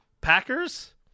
Packers